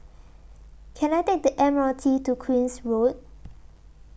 Can I Take The M R T to Queen's Road